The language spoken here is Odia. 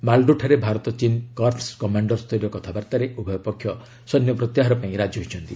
ମାଲଡୋଠାରେ ଭାରତ ଚୀନ୍ କର୍ପ୍ସ କମାଣ୍ଡର ସ୍ତରୀୟ କଥାବାର୍ତ୍ତାରେ ଉଭୟ ପକ୍ଷ ସୈନ୍ୟ ପ୍ରତ୍ୟାହାର ପାଇଁ ରାଜି ହୋଇଛନ୍ତି